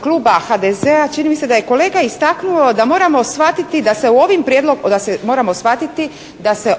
kluba HDZ-a čini mi se da je kolega istaknuo da moramo shvatiti da se